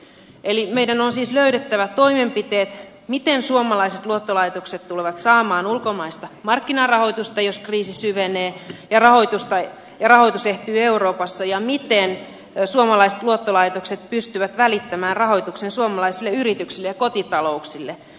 eli meidän on siis löydettävä toimenpiteet siihen miten suomalaiset luottolaitokset tulevat saamaan ulkomaista markkinarahoitusta jos kriisi syvenee ja rahoitus ehtyy euroopassa ja miten suomalaiset luottolaitokset pystyvät välittämään rahoituksen suomalaisille yrityksille ja kotitalouksille